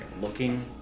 looking